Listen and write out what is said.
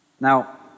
Now